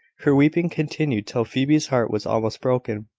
her weeping continued till phoebe's heart was almost broken.